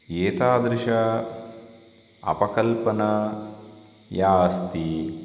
एतादृशी अपकल्पना या अस्ति